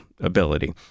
ability